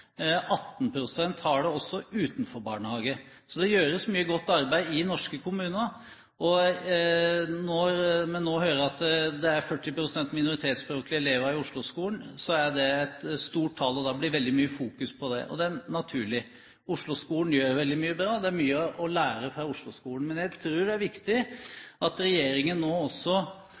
også utenfor barnehage, så det gjøres mye godt arbeid i norske kommuner. Men nå hører jeg at det er 40 pst. minoritetsspråklige elever i Oslo-skolen, og det er et stort tall. Det blir veldig mye fokus på det, og det er naturlig. Oslo-skolen gjør veldig mye bra, og det er veldig mye å lære av Oslo-skolen. Men jeg tror det er viktig at regjeringen nå også